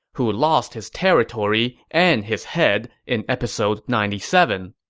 who lost his territory and his head in episode ninety seven.